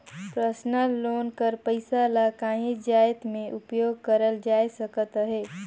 personal loan कर पइसा ल काहींच जाएत में उपयोग करल जाए सकत अहे